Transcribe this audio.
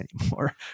anymore